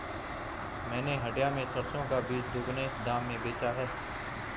मैंने हटिया में सरसों का बीज दोगुने दाम में बेचा है